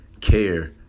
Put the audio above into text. care